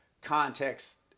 context